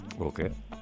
Okay